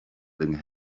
feeling